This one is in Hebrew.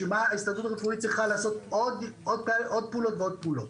בשביל מה ההסתדרות הרפואית צריכה לעשות עוד פעולות ועוד פעולות?